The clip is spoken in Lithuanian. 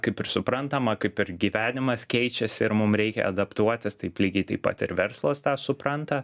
kaip ir suprantama kaip ir gyvenimas keičiasi ir mum reikia adaptuotis taip lygiai taip pat ir verslas tą supranta